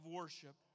worship